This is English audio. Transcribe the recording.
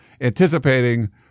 anticipating